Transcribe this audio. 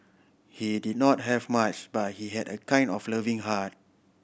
he did not have much but he had a kind of loving heart